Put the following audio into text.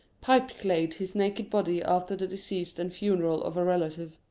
pipeclayed his naked body after the decease and funeral of a relative.